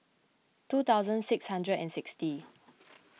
two thousand six hundred and sixty